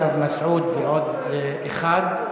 ישב מסעוד ועוד אחד.